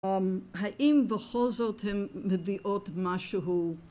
האם בכל זאת הן מביאות משהו